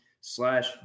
slash